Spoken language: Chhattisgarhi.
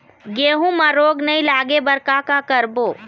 गेहूं म रोग नई लागे बर का का करबो?